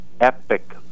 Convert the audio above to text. epic